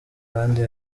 kandi